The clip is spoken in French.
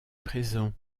présent